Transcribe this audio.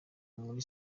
muri